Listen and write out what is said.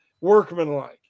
workmanlike